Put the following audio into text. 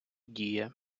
діє